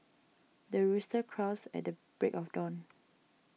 the rooster crows at the break of dawn